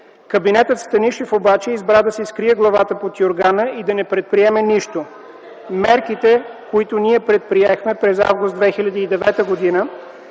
Кабинетът Станишев обаче избра да си скрие главата под юргана и да не предприеме нищо. Мерките, които ние предприехме през м. август 2009 г. и